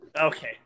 Okay